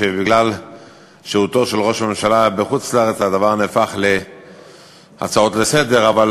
ובגלל שהותו של ראש הממשלה בחוץ-לארץ הדבר נהפך להצעות לסדר-היום,